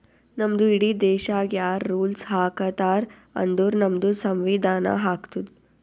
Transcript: ನಮ್ದು ಇಡೀ ದೇಶಾಗ್ ಯಾರ್ ರುಲ್ಸ್ ಹಾಕತಾರ್ ಅಂದುರ್ ನಮ್ದು ಸಂವಿಧಾನ ಹಾಕ್ತುದ್